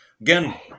Again